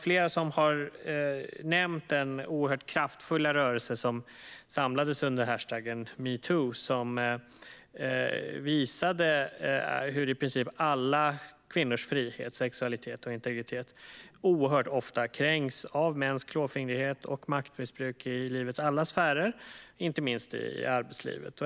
Flera har nämnt den oerhört kraftfulla rörelse som samlades under #metoo och som visade hur i princip alla kvinnors frihet, sexualitet och integritet oerhört ofta kränks av mäns klåfingrighet och maktmissbruk i livets alla sfärer, inte minst i arbetslivet.